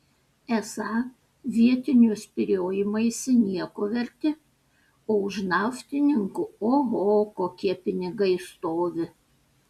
esą vietinių spyriojimaisi nieko verti o už naftininkų oho kokie pinigai stovi